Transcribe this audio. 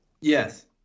Yes